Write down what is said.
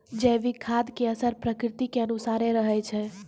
जैविक खाद के असर प्रकृति के अनुसारे रहै छै